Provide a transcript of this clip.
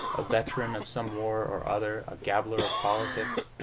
a veteran of some war or other, a gabbler of politics.